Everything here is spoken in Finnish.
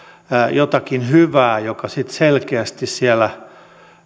jotakin hyvää joka sitten selkeästi siellä